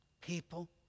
People